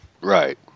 Right